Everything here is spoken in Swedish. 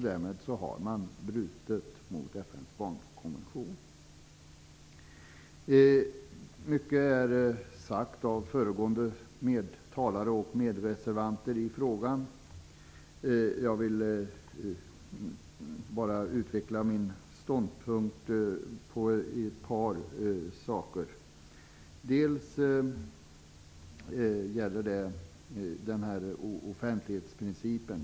Därmed har regeringen brutit mot FN:s barnkonvention. Mycket har sagts av föregående talare och medreservanter i frågan. Jag vill bara utveckla min ståndpunkt när det gäller ett par saker. Bl.a. gäller det offentlighetsprincipen.